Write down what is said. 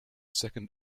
second